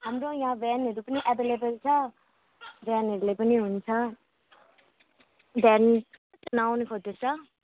हाम्रो यहाँ भ्यानहरू पनि एभाइलेबल छ भ्यानहरूले पनि हुन्छ भ्यान नआउन खोज्दैछ